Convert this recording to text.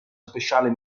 speciale